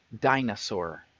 dinosaur